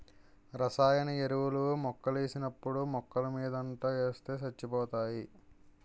రసాయన ఎరువులు మొక్కలకేసినప్పుడు మొక్కలమోదంట ఏస్తే సచ్చిపోతాయి